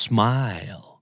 Smile